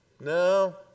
No